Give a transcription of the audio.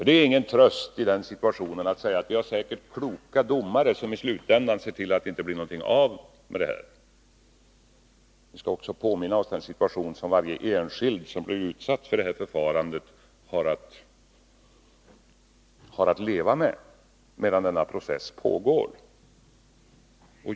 Det är ingen tröst att i den situationen säga sig att vi säkerligen har kloka domare som i slutändan ser till att det inte blir något av detta. Vi skall också påminna oss den situation som varje enskild som blir utsatt för detta förfarande har att leva med medan en sådan process pågår.